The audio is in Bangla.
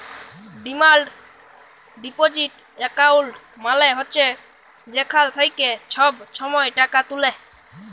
ডিমাল্ড ডিপজিট একাউল্ট মালে হছে যেখাল থ্যাইকে ছব ছময় টাকা তুলে